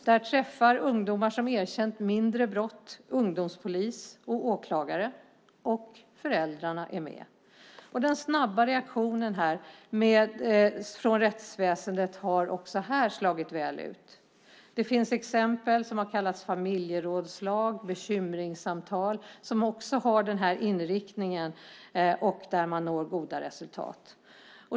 Där träffar ungdomar som erkänt mindre brott ungdomspolis och åklagare. Föräldrarna är med. Den snabba reaktionen från rättsväsendet har också här slagit väl ut. Det finns exempel som har kallats familjerådslag och bekymringssamtal som också har den här inriktningen och där man når goda resultat.